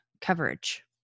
coverage